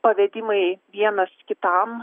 pavedimai vienas kitam